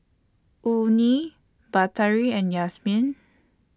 Murni Batari and Yasmin